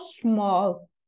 small